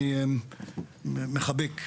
אני מחבק,